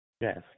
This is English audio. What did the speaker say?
Yes